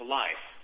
life